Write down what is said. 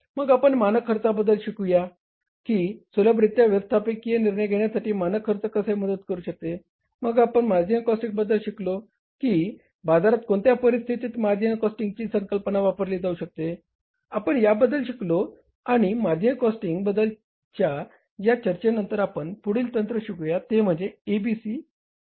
मग आपण मानक खर्चाबद्दल शिकलो की सुलभरित्या व्यवस्थापकीय निर्णय घेण्यासाठी मानक खर्च कसे मदत करू शकते मग आपण मार्जिनल कॉस्टिंगबद्दल शिकलो की बाजारात कोणत्या परिस्थितीत मार्जिनल कॉस्टिंगची संकल्पना वापरली जाऊ शकते आपण याबद्दल शिकलो आणि मार्जिनल कॉस्टिंग बद्दलच्या या चर्चे नंतर आपण पुढील तंत्र शिकूया ते म्हणजे ABC क्रियाशीलता खर्च प्रणाली